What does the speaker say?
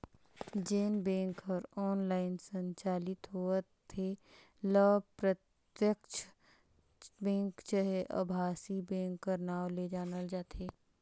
जेन बेंक ह ऑनलाईन संचालित होवत हे ल प्रत्यक्छ बेंक चहे अभासी बेंक कर नांव ले जानल जाथे